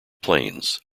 plains